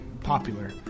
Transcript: popular